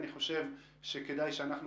אני חושב שכדאי שאנחנו,